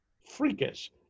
freakish